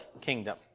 kingdom